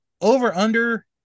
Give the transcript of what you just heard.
Over-under